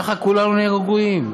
ככה כולנו נהיה רגועים,